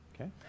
Okay